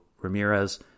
Ramirez